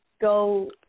go